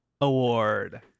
award